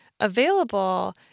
Available